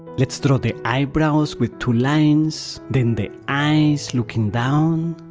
let's draw the eyebrows with two lines, then the eyes looking down,